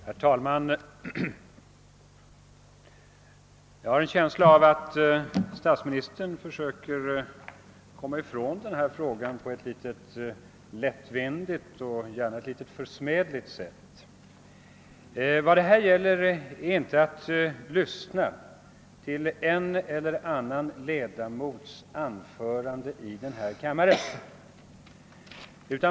Herr talman! Jag har en känsla av, att statsministern försöker komma ifrån denna sak på ett litet lättvindigt och gärna också litet försmädligt sätt. Här är det inte fråga om att lyssna till en eller annan ledamots anförande i kammaren.